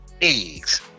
eggs